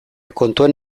kontuan